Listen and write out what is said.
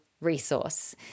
resource